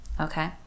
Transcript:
Okay